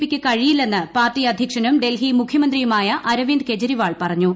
പിക്ക് കഴിയില്ലെന്ന് പാർട്ടി അധ്യക്ഷനും ഡൽഹി മുഖ്യമന്ത്രിയുമായ അരവിന്ദ് കെജ്രിവാൾ പറഞ്ഞു